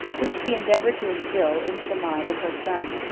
which she endeavored to instil into the mind of her son.